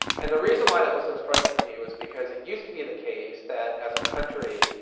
and the reason why that was so striking to me was because it used to be the case that as a country,